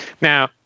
Now